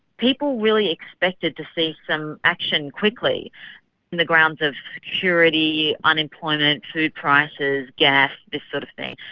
people really expected to see some action quickly in the grounds of security, unemployment, food prices, gas, this sort of thing.